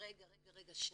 שניה.